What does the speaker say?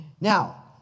Now